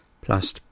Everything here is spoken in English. plus